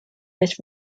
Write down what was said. this